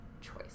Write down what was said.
choice